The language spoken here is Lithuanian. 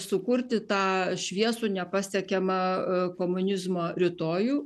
sukurti tą šviesų nepasiekiamą komunizmo rytojų